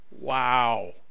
wow